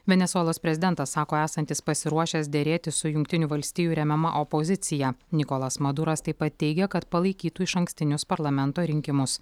venesuelos prezidentas sako esantis pasiruošęs derėtis su jungtinių valstijų remiama opozicija nikolas maduras taip pat teigia kad palaikytų išankstinius parlamento rinkimus